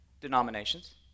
Denominations